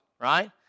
right